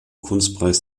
kunstpreis